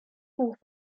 buch